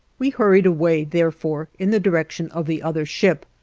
we hurried away, therefore, in the direction of the other ship,